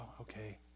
okay